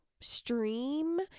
stream